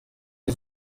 ari